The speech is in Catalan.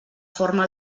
forma